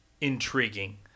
intriguing